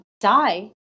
die